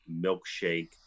milkshake